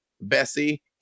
bessie